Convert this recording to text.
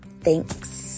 thanks